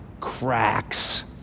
cracks